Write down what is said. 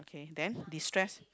and then destress